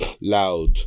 Loud